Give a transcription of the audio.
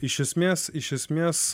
iš esmės iš esmės